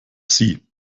sie